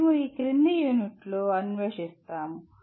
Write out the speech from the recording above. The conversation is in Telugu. మేము ఈ క్రింది యూనిట్లో అన్వేషిస్తాము